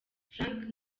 frank